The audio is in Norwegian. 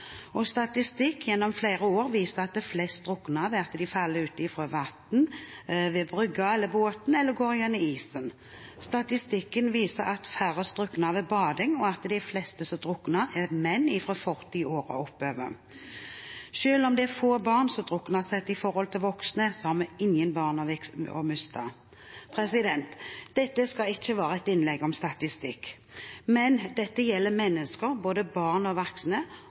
Statistikk har gjennom flere år vist at de fleste drukner ved å falle ut i vannet ved brygga, fra båten eller ved at de går gjennom isen. Statistikken viser at færrest drukner ved bading, og at de fleste som drukner, er menn fra 40 år og oppover. Selv om det er få barn som drukner, sett i forhold til voksne, har vi ingen barn å miste. Dette skal ikke være et innlegg om statistikk, men dette gjelder mennesker, både barn og